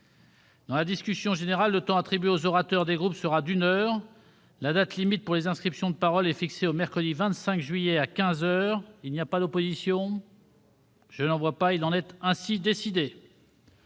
Dans la discussion générale, le temps attribué aux orateurs des groupes sera d'une heure. Le délai limite pour les inscriptions de parole est fixé au mercredi 25 juillet, à quinze heures. Il n'y a pas d'opposition ?... Il en est ainsi décidé.